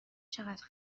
چقدر